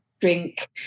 drink